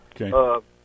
Okay